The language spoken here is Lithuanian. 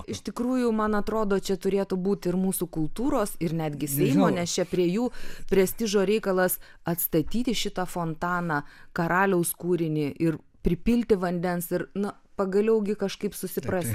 iš tikrųjų man atrodo čia turėtų būti ir mūsų kultūros ir netgi seimo nes čia prie jų prestižo reikalas atstatyti šitą fontaną karaliaus kūrinį ir pripilti vandens ir na pagaliau kažkaip gi susiprasti